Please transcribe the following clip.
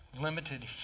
limited